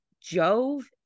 jove